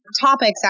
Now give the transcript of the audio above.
topics